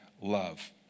love